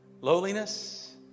lowliness